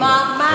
ממש.